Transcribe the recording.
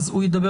אז הוא ידבר,